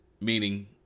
meaning